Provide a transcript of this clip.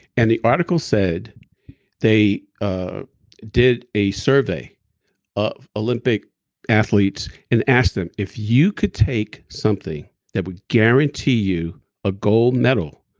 and the article said they ah did a survey of olympic athletes and asked them, if you could take something that would guarantee you a gold medal,